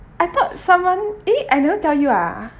I thought someone eh I never tell you ah